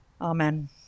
Amen